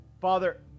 Father